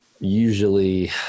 usually